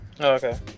okay